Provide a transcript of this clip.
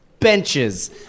Benches